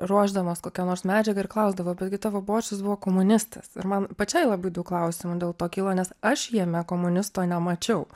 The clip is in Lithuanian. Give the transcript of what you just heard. ruošdamos kokią nors medžiagą ir klausdavo bet gi tavo bočius buvo komunistas ir man pačiai labai daug klausimų dėl to kilo nes aš jame komunisto nemačiau